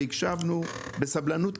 הקשבנו בסבלנות,